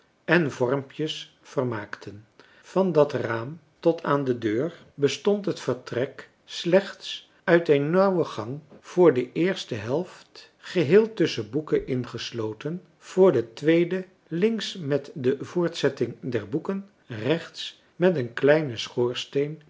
en vormpjes vermaakten van dat raam tot aan de deur bestond het vertrek slechts uit een nauwen gang voor de eerste helft geheel tusschen boeken ingesloten voor de tweede links met de voortzetting der boeken rechts met een kleinen schoorsteen